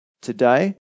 today